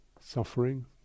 suffering